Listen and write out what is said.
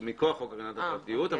מכוח חוק הגנת הפרטיות,